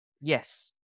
Yes